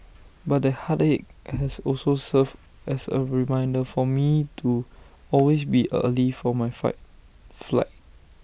but that heartache has also served as A reminder for me to always be early for my flight